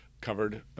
covered